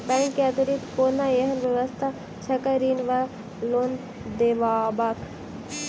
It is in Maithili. बैंक केँ अतिरिक्त कोनो एहन व्यवस्था छैक ऋण वा लोनदेवाक?